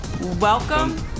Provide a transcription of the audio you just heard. Welcome